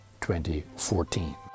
2014